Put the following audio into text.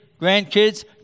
grandkids